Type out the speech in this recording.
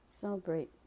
Celebrate